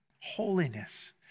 Holiness